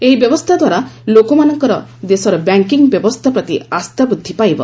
ଏହି ବ୍ୟବସ୍ଥା ଦ୍ୱାରା ଲୋକମାନଙ୍କର ଦେଶର ବ୍ୟାଙ୍କିଂ ବ୍ୟବସ୍ଥା ପ୍ରତି ଆସ୍ଥା ବୃଦ୍ଧି ପାଇବ